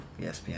ESPN